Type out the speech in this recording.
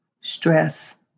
stress